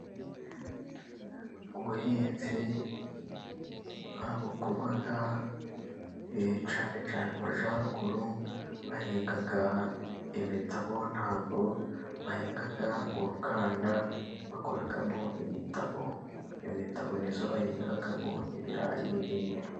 Ubuhinzi bukorwa cyane cyane majyaruguru, bahinga imitabo, ntabwo bahinga urukanda, bakoramo imitabo, iya mitabo niyo bahingamo ibirayi n'ibindi.